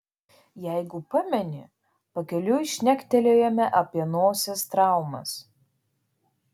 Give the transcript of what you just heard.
jeigu pameni pakeliui šnektelėjome apie nosies traumas